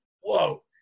Whoa